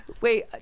Wait